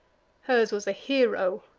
hers was a hero,